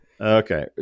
okay